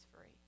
free